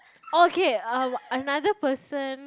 okay um another person